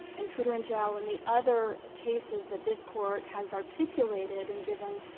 and cooter and gell, and the other cases that this court has articulated and given,